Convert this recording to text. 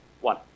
One